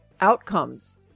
outcomes